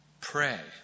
pray